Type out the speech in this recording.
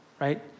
right